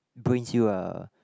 bring you a